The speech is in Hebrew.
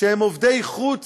שהם עובדי חוץ,